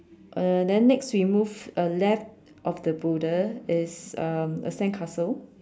uh then next we move uh left of the boulder is um a sandcastle